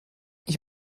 ich